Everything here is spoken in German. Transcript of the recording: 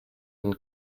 den